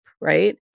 right